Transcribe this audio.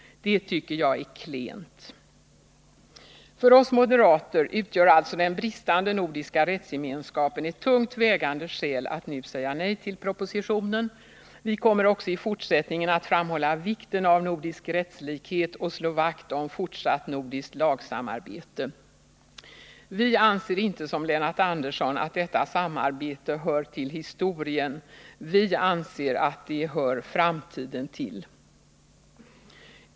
Det tycker jag är klent. För oss moderater utgör alltså den bristande nordiska rättsgemenskapen ett tungt vägande skäl att nu säga nej till propositionen. Vi kommer också i fortsättningen att framhålla vikten av nordisk rättslikhet och slå vakt om fortsatt nordiskt lagsamarbete. Vi anser inte som Lennart Andersson att detta samarbete tillhör historien. Vi anser att det hör framtiden till.